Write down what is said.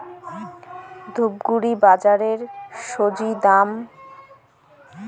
ধূপগুড়ি বাজারের স্বজি দাম?